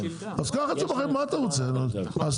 בתעודות מקור יש